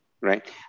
right